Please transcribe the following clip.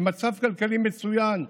עם מצב כלכלי מצוין,